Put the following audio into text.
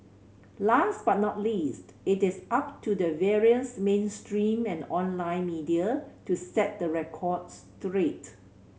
last but not least it is up to the various mainstream and online media to set the record straight